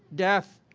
death,